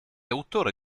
autore